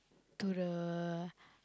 to the